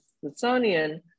Smithsonian